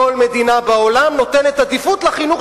כל מדינה בעולם נותנת עדיפות לחינוך